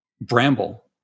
bramble